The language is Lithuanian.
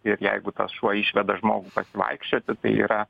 ir jeigu tas šuo išveda žmogų pasivaikščioti tai yra